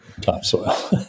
topsoil